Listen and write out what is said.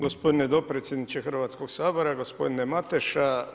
Gospodine dopredsjedniče Hrvatskog sabora, gospodine Mateša.